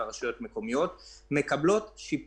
נבוא ונציג את זה כאן.